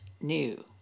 new